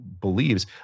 believes